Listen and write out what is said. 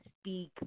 speak